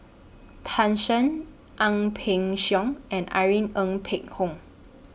Tan Shen Ang Peng Siong and Irene Ng Phek Hoong